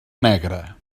negre